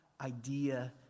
idea